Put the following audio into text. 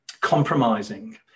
compromising